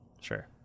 sure